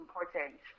important